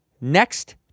next